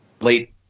late